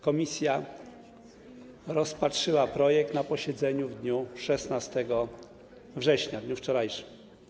Komisja rozpatrzyła projekt na posiedzeniu w dniu 16 września, w dniu wczorajszym.